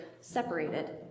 separated